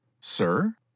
Sir